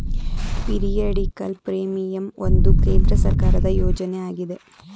periodical premium ಒಂದು ಕೇಂದ್ರ ಸರ್ಕಾರದ ಯೋಜನೆ ಆಗಿದೆ